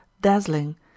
dazzling